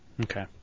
Okay